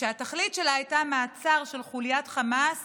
שהתכלית שלה הייתה מעצר של חוליית חמאס